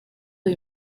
uyu